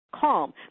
calm